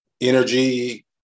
energy